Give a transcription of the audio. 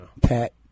Pat